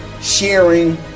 sharing